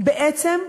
בעצם,